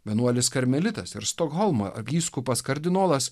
vienuolis karmelitas ir stokholmo vyskupas kardinolas